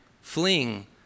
fleeing